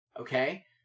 Okay